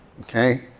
okay